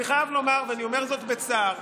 אני חייב לומר, ואני אומר זאת בצער,